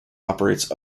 operates